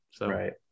Right